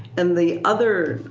and the other,